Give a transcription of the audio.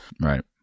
Right